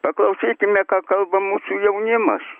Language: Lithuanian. paklausykime ką kalba mūsų jaunimas